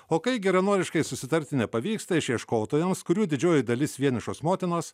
o kai geranoriškai susitarti nepavyksta išieškotojams kurių didžioji dalis vienišos motinos